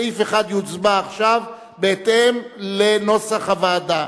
סעיף 1 יוצבע עכשיו בהתאם לנוסח הוועדה.